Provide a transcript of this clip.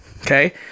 okay